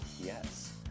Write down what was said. yes